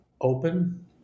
open